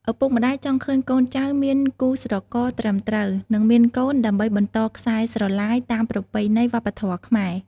ឪពុកម្ដាយចង់ឃើញកូនចៅមានគូស្រករត្រឹមត្រូវ និងមានកូនដើម្បីបន្តខ្សែស្រឡាយ តាមប្រពៃណីវប្បធម៌ខ្មែរ។